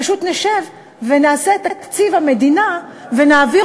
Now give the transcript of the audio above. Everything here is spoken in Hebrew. פשוט נשב ונעשה את תקציב המדינה ונעביר